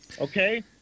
okay